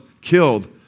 killed